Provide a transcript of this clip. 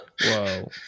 whoa